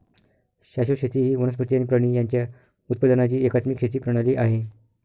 शाश्वत शेती ही वनस्पती आणि प्राणी यांच्या उत्पादनाची एकात्मिक शेती प्रणाली आहे